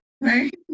right